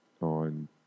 On